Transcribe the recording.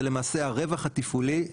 זה למעשה הרווח התפעולי,